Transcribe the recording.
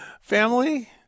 family